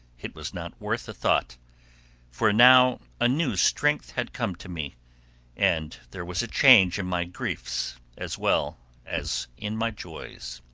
it was not worth a thought for now a new strength had come to me and there was a change in my griefs, as well as in my joys.